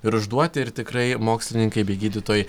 ir užduoti ir tikrai mokslininkai bei gydytojai